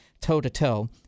toe-to-toe